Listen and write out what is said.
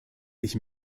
ich